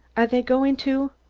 are they going to?